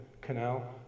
canal